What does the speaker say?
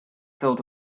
filled